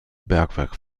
bergwerk